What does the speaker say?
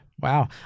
Wow